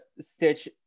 stitch